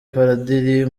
padiri